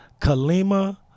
Kalima